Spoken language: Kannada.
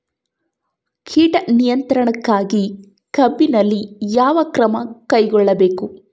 ಕೇಟ ನಿಯಂತ್ರಣಕ್ಕಾಗಿ ಕಬ್ಬಿನಲ್ಲಿ ಯಾವ ಕ್ರಮ ಕೈಗೊಳ್ಳಬೇಕು?